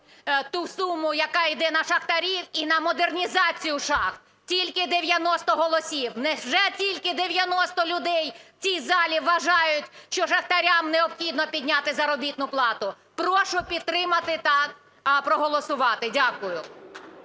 ту суму, яка йде на шахтарів і на модернізацію шахт. Тільки 90 голосів! Невже тільки 90 людей в цій залі вважають, що шахтарям необхідно підняти заробітну плату? Прошу підтримати та проголосувати. Дякую.